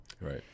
right